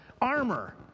armor